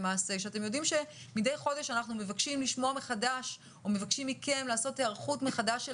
כשאתם יודעים שמידי חודש אנחנו מבקשים מכם לעשות היערכות מחדש של